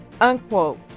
unquote